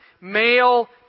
male